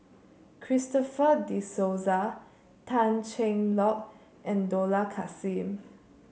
Christopher De Souza Tan Cheng Lock and Dollah Kassim